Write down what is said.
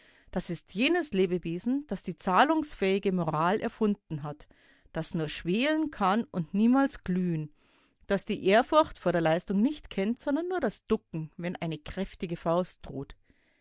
das ist jenes lebewesen das die zahlungsfähige moral erfunden hat das nur schwelen kann und niemals glühen das die ehrfurcht vor der leistung nicht kennt sondern nur das ducken wenn eine kräftige faust droht